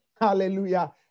Hallelujah